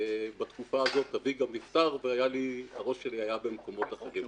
בתקופה הזו אבי נפטר והראש שלי היה במקומות אחרים.